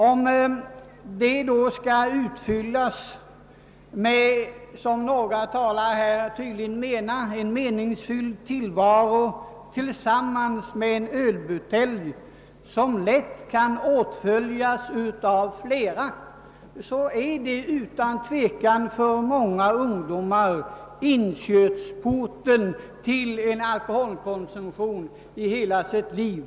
Om de skall utfyllas med, som några talare tydligen menar, en meningsfylld tillvaro tillsammans med en ölbutelj som lätt kan åtföljas av flera, blir det utan tvekan för många ungdomar inkörsporten till alkoholkonsumtion i hela deras liv.